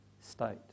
state